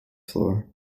floor